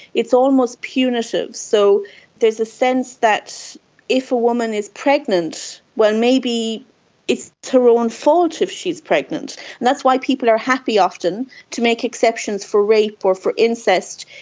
it's almost punitive. so there's a sense that if a woman is pregnant, well, maybe it's her own fault if she is pregnant. and that's why people are happy often to make exceptions for rape or for incest,